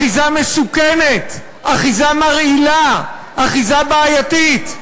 אחיזה מסוכנת, אחיזה מרעילה, אחיזה בעייתית.